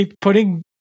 putting